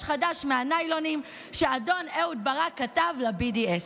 חדש מהניילונים שאדון אהוד ברק כתב ל-BDS.